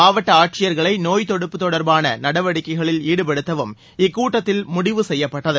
மாவட்ட ஆட்சியர்களை நோய் தடுப்பு தொடர்பான நடவடிக்கைகளில் ஈடுபடுத்தவும் இக்கூட்டத்தில் முடிவு செய்யப்பட்டது